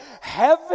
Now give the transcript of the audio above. heaven